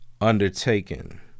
undertaken